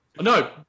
No